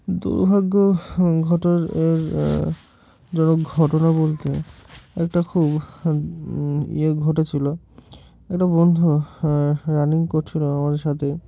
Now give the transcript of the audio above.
দুর্ভাগ্য ঘটো দুর্ভাগ্যজনক ঘটনা বলতে একটা খুব ইয়ে ঘটেছিল একটা বন্ধু রানিং করছিল আমাদের সাথে